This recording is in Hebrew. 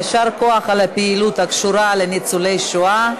יישר כוח על הפעילות הקשורה לניצולי השואה.